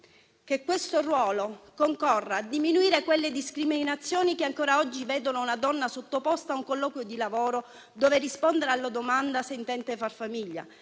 che questo ruolo concorra a diminuire quelle discriminazioni che ancora oggi vedono una donna sottoposta a un colloquio di lavoro dover rispondere alla domanda se intende far famiglia.